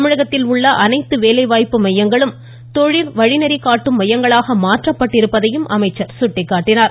தமிழகத்திலுள்ள அனைத்து வேலைவாய்ப்பு மையங்களும் தொழில் வழிநெறி காட்டும் மையங்களாக மாற்றப்பட்டிருப்பதை அவர் சுட்டிக்காட்டினார்